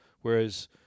Whereas